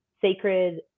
sacred